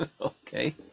okay